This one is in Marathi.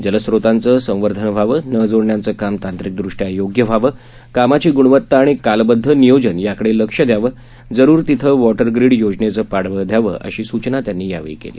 जलस्रोतांचं संवर्धन व्हावं नळजोडण्यांचं काम तांत्रिकदृष्ट्या योग्य व्हावं कामाची ग्णवता आणि कालबदध नियोजन याकडे लक्ष दयावं जरूर तिथं वॉटरग्रिड योजनेचं पाठबळ द्यावं अशा सूचना त्यांनी यावेळी केल्या